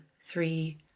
three